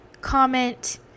comment